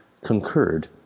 concurred